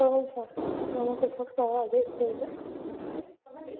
ꯍꯣꯏ ꯍꯣꯏ ꯁꯥꯔ ꯅꯣꯡꯃ ꯀꯣꯏꯊꯣꯛꯆꯔꯛꯂꯒꯦ ꯁ꯭ꯀꯨꯜꯗ